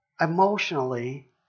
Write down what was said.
emotionally